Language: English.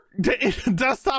desktop